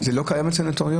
זה לא קיים אצל נוטריונים.